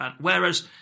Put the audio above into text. Whereas